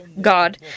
God